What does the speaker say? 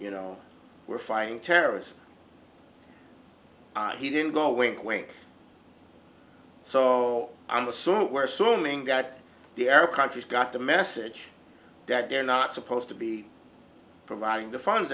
you know we're fighting terrorism he didn't go wink wink so i'm assuming we're so mean that the arab countries got the message that they're not supposed to be providing the funds